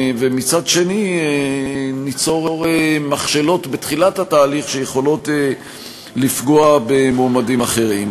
ומצד שני ניצור מכשלות בתחילת התהליך שיכולות לפגוע במועמדים אחרים.